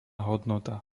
hodnota